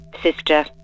Sister